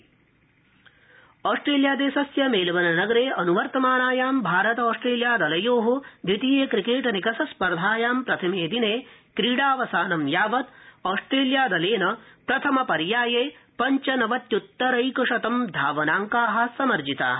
cricket Australia देशस्य Melbourne नगरे अनुवर्त मानायां भारत ऑस्ट्रेलिया दलयो द्वितीय क्रिकेट निकषस्पर्धायां प्रथमे दिने क्रिडावसानं यावत् ऑस्ट्रेलिया दलेन प्रथम पर्याये पञ्चनवत्युत्तरैकशतं धावनाङ्का समर्जिता